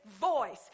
voice